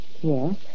Yes